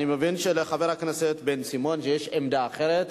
אני מבין שלחבר הכנסת בן-סימון יש עמדה אחרת.